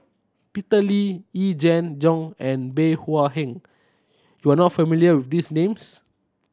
Peter Lee Yee Jenn Jong and Bey Hua Heng you are not familiar with these names